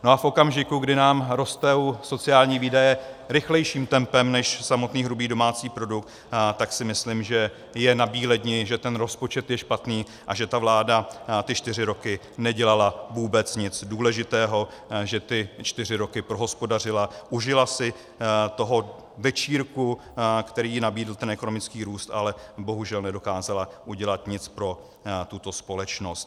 No a v okamžiku, kdy nám rostou sociální výdaje rychlejším tempem než samotný hrubý domácí produkt, tak si myslím, že je nabíledni, že ten rozpočet je špatný a že vláda ty čtyři roky nedělala vůbec nic důležitého, že ty čtyři roky prohospodařila, užila si toho večírku, který jí nabídl ten ekonomický růst, ale bohužel nedokázala nic pro tuto společnost.